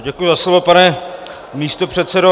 Děkuji za slovo, pane místopředsedo.